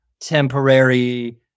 temporary